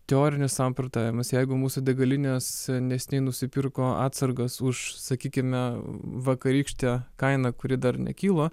teorinis samprotavimas jeigu mūsų degalinės neseniai nusipirko atsargas už sakykime vakarykšte kaina kuri dar nekilo